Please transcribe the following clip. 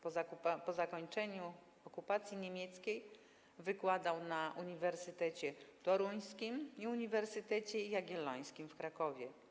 Po zakończeniu okupacji niemieckiej wykładał na uniwersytecie toruńskim i Uniwersytecie Jagiellońskim w Krakowie.